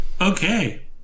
Okay